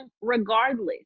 regardless